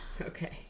Okay